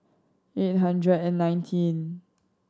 eight hundred and nineteen